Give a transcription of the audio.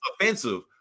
offensive